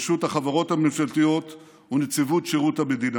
רשות החברות הממשלתיות ונציבות שירות המדינה,